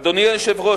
אדוני היושב-ראש,